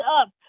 up